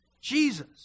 Jesus